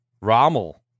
Rommel